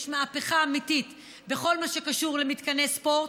יש מהפכה אמיתית בכל מה שקשור למתקני ספורט.